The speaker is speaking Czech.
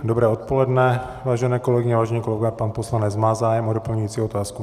Dobré odpoledne, vážené kolegyně, vážení kolegové, pan poslanec má zájem o doplňující otázku?